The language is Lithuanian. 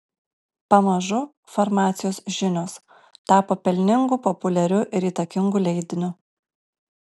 pamažu farmacijos žinios tapo pelningu populiariu ir įtakingu leidiniu